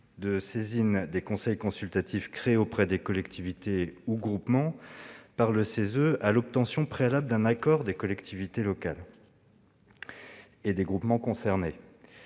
la saisine des conseils consultatifs créés auprès des collectivités locales ou des groupements par le CESE à l'obtention préalable d'un accord des collectivités et des groupements concernés.